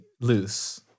loose